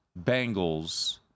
Bengals